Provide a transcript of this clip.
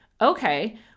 Okay